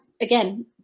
again